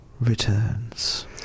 returns